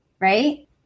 right